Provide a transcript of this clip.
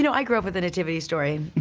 you know i grew up with the nativity story,